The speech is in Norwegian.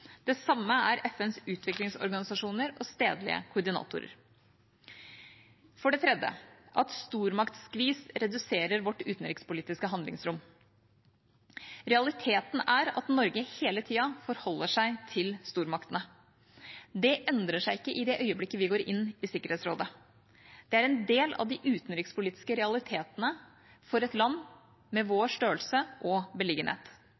Det samme er FNs utviklingsorganisasjoner og stedlige koordinatorer. For det tredje, at stormaktsskvis reduserer vårt utenrikspolitiske handlingsrom: Realiteten er at Norge hele tida forholder seg til stormaktene. Det endrer seg ikke i det øyeblikket vi går inn i Sikkerhetsrådet. Det er en del av de utenrikspolitiske realitetene for et land med vår størrelse og beliggenhet.